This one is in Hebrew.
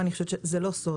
אין זה סוד,